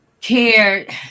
cared